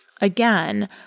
Again